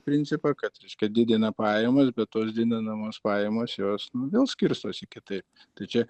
principą kad reiškia didina pajamas bet tos didinamos pajamos jos nu vėl skirstosi kitaip tai čia